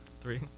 Three